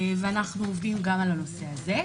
אנחנו עובדים גם על הנושא הזה.